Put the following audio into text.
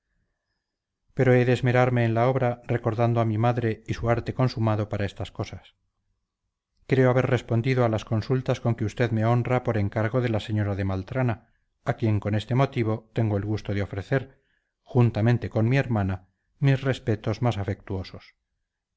pero he de esmerarme en la obra recordando a mi madre y su arte consumado para estas cosas creo haber respondido a las consultas con que usted me honra por encargo de la señora de maltrana a quien con este motivo tengo el gusto de ofrecer juntamente con mi hermana mis respetos más afectuosos